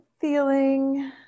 feeling